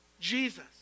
Jesus